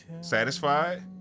satisfied